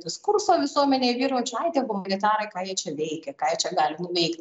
diskurso visuomenėj vyraujančio ai tie humanitarai ką jie čia veikia ką jie čia gali nuveikt